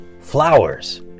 Flowers